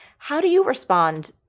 how do you respond,